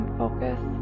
focus